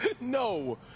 no